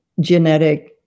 genetic